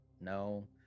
No